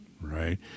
Right